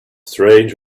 strange